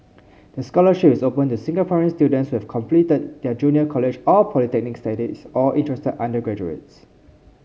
the scholarship is open to Singaporean students who have completed their junior college or polytechnic studies or interested undergraduates